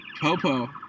Popo